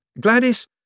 Gladys